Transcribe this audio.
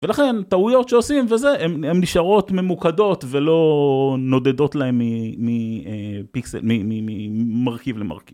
ולכן טעויות שעושים וזה, הן נשארות ממוקדות ולא נודדות להן ממרכיב למרכיב.